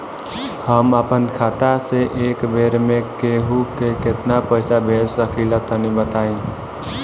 हम आपन खाता से एक बेर मे केंहू के केतना पईसा भेज सकिला तनि बताईं?